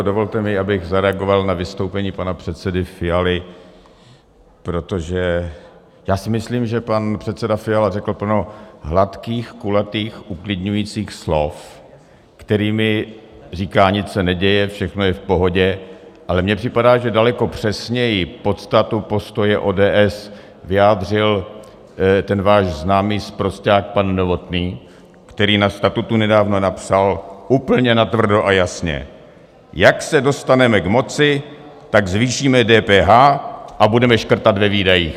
Dovolte mi, abych zareagoval na vystoupení pana předsedy Fialy, protože já si myslím, že pan předseda Fiala řekl plno hladkých, kulatých, uklidňujících slov, kterými říká, nic se neděje, všechno je v pohodě, ale mně připadá, že daleko přesněji podstatu postoje ODS vyjádřil ten váš známý sprosťák pan Novotný, který na statutu nedávno napsal úplně natvrdo a jasně: Jak se dostaneme k moci, tak zvýšíme DPH a budeme škrtat ve výdajích.